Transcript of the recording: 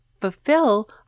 fulfill